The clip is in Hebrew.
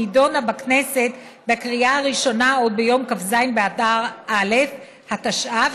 נדונה בכנסת בקריאה הראשונה ביום כ"ז באדר א' התשע"ו,